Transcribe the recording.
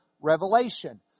revelation